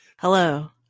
Hello